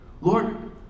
Lord